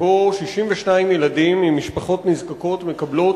שבו 62 ילדים ממשפחות נזקקות מקבלות